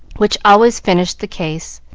which always finished the case.